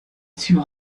two